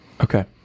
Okay